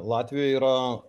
latvijoje yra